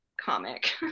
comic